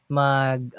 mag